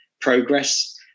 progress